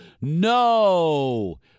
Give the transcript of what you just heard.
no